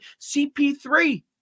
CP3